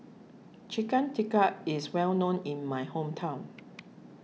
Chicken Tikka is well known in my hometown